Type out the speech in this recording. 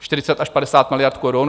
40 až 50 miliard korun?